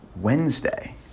Wednesday